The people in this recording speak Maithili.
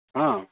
हॅं